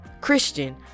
christian